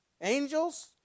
Angels